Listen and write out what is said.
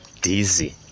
dizzy